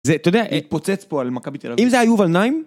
זה אתה יודע, התפוצץ פה על מכבי תל אביב. אם זה היה יובל נעים